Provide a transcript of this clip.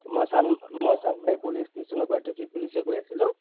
মই চান মই চানমাৰি পুলিচ ষ্টেচনৰপৰা ট্ৰেফিক পুলিচে কৈ আছিলোঁ